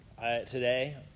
today